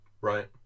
right